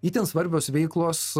itin svarbios veiklos